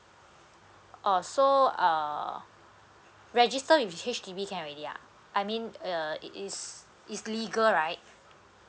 oh so uh register with H_D_B can already ah I mean uh it it's it's legal right